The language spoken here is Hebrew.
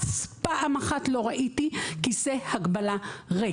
אף פעם אחת לא ראיתי כיסא הגבלה ריק.